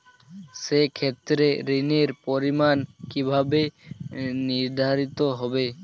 সে ক্ষেত্রে ঋণের পরিমাণ কিভাবে নির্ধারিত হবে?